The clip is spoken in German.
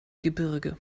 gebirge